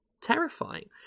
Terrifying